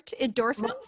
Endorphins